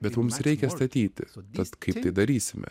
bet mums reikia statyti tad kaip tai darysime